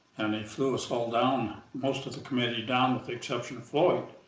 and they flew us all down, most of the committee down with the exception of floyd.